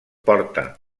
porta